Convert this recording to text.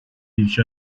each